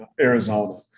Arizona